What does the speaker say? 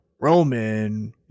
Roman